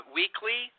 weekly